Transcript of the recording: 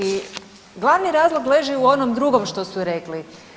I glavni razlog leži u onom drugom što su rekli.